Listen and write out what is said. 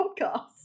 podcast